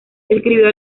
escribió